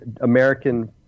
American